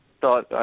thought